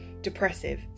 depressive